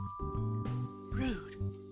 Rude